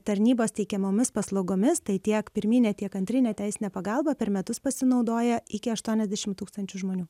tarnybos teikiamomis paslaugomis tai tiek pirminę tiek antrinę teisinę pagalbą per metus pasinaudoja iki aštuoniasdešimt tūkstančių žmonių